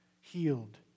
healed